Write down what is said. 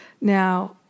Now